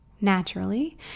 Naturally